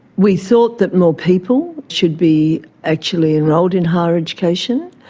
we thought that more people should be actually enrolled in higher education,